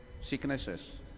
sicknesses